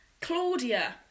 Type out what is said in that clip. Claudia